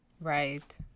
right